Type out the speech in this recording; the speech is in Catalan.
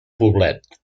poblet